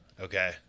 okay